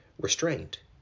restraint